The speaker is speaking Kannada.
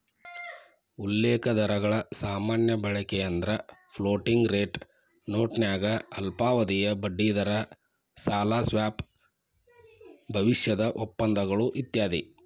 ಉಲ್ಲೇಖ ದರಗಳ ಸಾಮಾನ್ಯ ಬಳಕೆಯೆಂದ್ರ ಫ್ಲೋಟಿಂಗ್ ರೇಟ್ ನೋಟನ್ಯಾಗ ಅಲ್ಪಾವಧಿಯ ಬಡ್ಡಿದರ ಸಾಲ ಸ್ವಾಪ್ ಭವಿಷ್ಯದ ಒಪ್ಪಂದಗಳು ಇತ್ಯಾದಿ